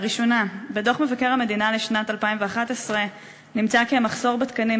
בדוח מבקר המדינה לשנת 2011 נמצא כי המחסור בתקנים